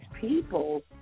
people